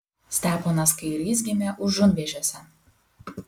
steponas kairys gimė užunvėžiuose